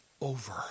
over